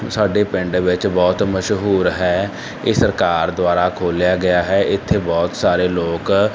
ਸਾਡੇ ਪਿੰਡ ਵਿੱਚ ਬਹੁਤ ਮਸ਼ਹੂਰ ਹੈ ਇਹ ਸਰਕਾਰ ਦੁਆਰਾ ਖੋਲ੍ਹਿਆ ਗਿਆ ਹੈ ਇੱਥੇ ਬਹੁਤ ਸਾਰੇ ਲੋਕ